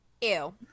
Ew